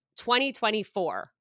2024